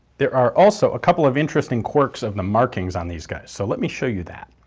there are also a couple of interesting quirks of the markings on these guys, so let me show you that.